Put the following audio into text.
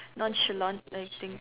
nonchalant I think